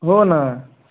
हो ना